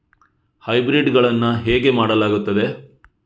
Hybrid ಗಳನ್ನು ಹೇಗೆ ಮಾಡಲಾಗುತ್ತದೆ?